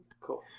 Cool